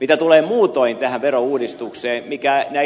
mitä tulee muutoin tähän verouudistukseen näihin